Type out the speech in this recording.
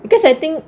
because I think